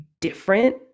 different